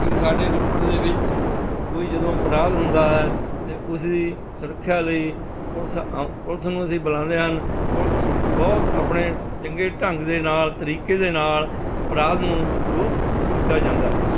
ਕਿ ਸਾਡੇ ਰੋਪੜ ਦੇ ਵਿੱਚ ਕੋਈ ਜਦੋਂ ਅਪਰਾਧ ਹੁੰਦਾ ਹੈ ਅਤੇ ਉਸਦੀ ਸੁਰੱਖਿਆ ਲਈ ਪੁਲਿਸ ਆਉ ਪੁਲਿਸ ਨੂੰ ਅਸੀਂ ਬੁਲਾਉਂਦੇ ਹਨ ਪੁਲਿਸ ਬਹੁਤ ਆਪਣੇ ਚੰਗੇ ਢੰਗ ਦੇ ਨਾਲ ਤਰੀਕੇ ਦੇ ਨਾਲ ਅਪਰਾਧ ਨੂੰ ਦੂਰ ਕੀ ਕੀਤਾ ਜਾਂਦਾ ਹੈ